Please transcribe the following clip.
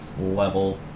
level